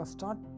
Start